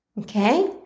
Okay